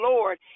Lord